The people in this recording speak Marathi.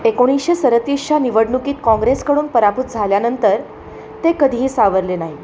एकोणीसशे सदतीसच्या निवडणुकीत काँग्रेसकडून पराभूस झाल्यानंतर ते कधीही सावरले नाही